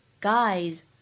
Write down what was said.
guys